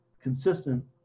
consistent